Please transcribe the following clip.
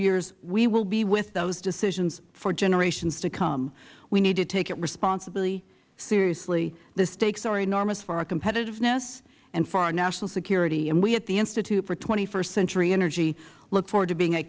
years we will be with those decisions for generations to come we need to take it responsibly seriously the stakes are enormous for our competitiveness and for our national security and we at the institute for st century energy look forward to being a